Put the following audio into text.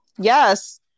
Yes